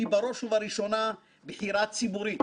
היא בראש ובראשונה בחירה ציבורית,